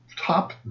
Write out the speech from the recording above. top